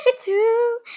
Two